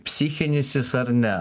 psichinis jis ar ne